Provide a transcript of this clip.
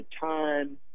time